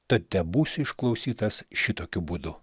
tad tebūsiu išklausytas šitokiu būdu